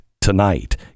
tonight